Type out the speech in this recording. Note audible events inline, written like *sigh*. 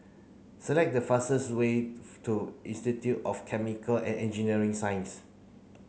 select the fastest way *unintelligible* to Institute of Chemical and Engineering Science